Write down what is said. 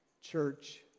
church